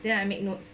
then I make notes